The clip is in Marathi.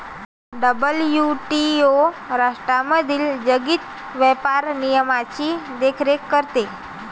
डब्ल्यू.टी.ओ राष्ट्रांमधील जागतिक व्यापार नियमांची देखरेख करते